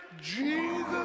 Jesus